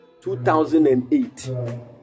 2008